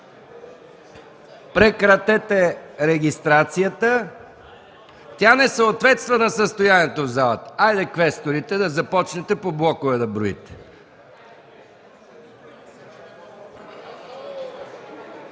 Прекратете регистрацията. Тя не съответства на състоянието в залата. Хайде квесторите да започнете да броите